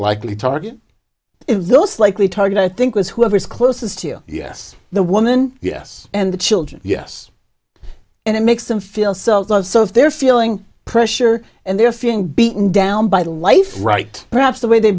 likely target those likely target i think is whoever is closest to you yes the woman yes and the children yes and it makes them feel self love so if they're feeling pressure and they're feeling beaten down by the life right perhaps the way they